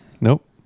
Nope